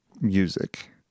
music